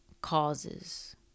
causes